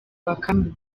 bakame